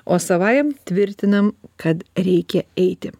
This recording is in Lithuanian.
o savajam tvirtinam kad reikia eiti